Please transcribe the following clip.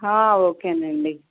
okay అండి